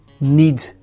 need